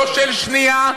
לא של שנייה,